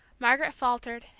margaret faltered,